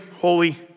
holy